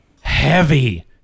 heavy